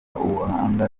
ubuhanga